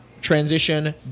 transition